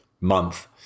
month